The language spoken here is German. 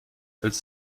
als